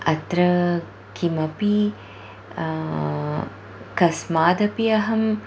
अत्र किमपि कस्मादपि अहं